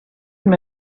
from